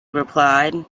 replied